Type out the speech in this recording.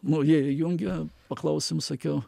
nu jie įjungia paklausėm sakiau